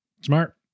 Smart